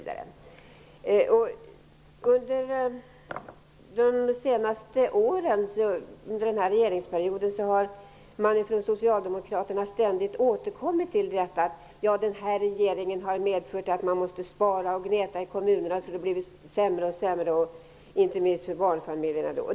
De senaste åren under denna regeringsperiod har Socialdemokraterna ständigt återkommit till att den här regeringen har medfört att kommunerna måste spara och gneta så att det har blivit sämre och sämre, inte minst för barnfamiljerna.